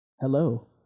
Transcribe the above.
Hello